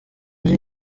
iyi